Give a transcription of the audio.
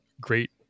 great